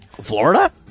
Florida